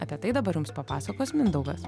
apie tai dabar jums papasakos mindaugas